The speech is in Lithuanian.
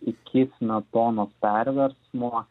iki smetonos perversmo